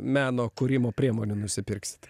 meno kūrimo priemonių nusipirksite